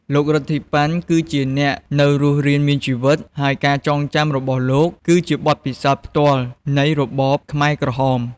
លោក រិទ្ធី ប៉ាន់ គឺជាអ្នកនៅរស់រានមានជីវិត ហើយការចងចាំរបស់លោកគឺជាបទពិសោធន៍ផ្ទាល់នៃរបបខ្មែរក្រហម។